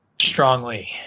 strongly